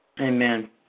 Amen